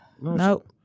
Nope